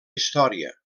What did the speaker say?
història